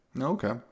Okay